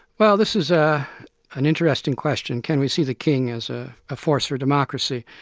wel l this is ah an interesting question can we see the king as ah a force for democracy?